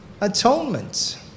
atonement